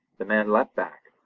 the man leaped back,